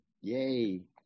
yay